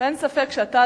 אין ספק שאתה,